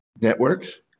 networks